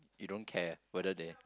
you don't care whether they